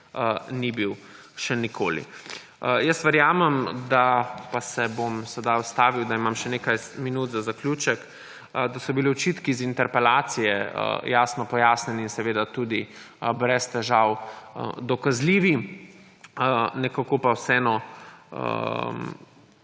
ni bil še nikoli. Verjamem, pa se bom sedaj ustavil, da imam še nekaj minut za zaključek, da so bili očitki iz interpelacije jasno pojasnjeni in seveda tudi brez težav dokazljivi. Nekako pa vseeno